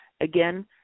Again